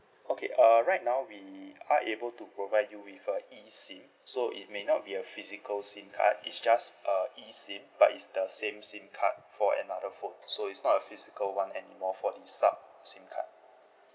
okay uh right now we are able to provide you with a eSIM so it may not be a physical SIM card it's just a eSIM but it's the same SIM card for another phone so it's not a physical [one] anymore for the sub SIM card